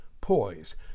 poise